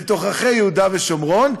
בתוככי יהודה ושומרון,